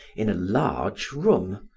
in a large room,